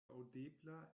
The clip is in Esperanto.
aŭdebla